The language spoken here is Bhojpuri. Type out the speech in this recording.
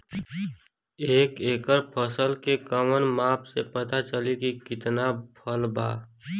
एक एकड़ फसल के कवन माप से पता चली की कितना फल बा?